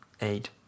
eight